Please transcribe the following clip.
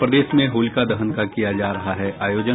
और प्रदेश में होलिका दहन का किया जा रहा है आयोजन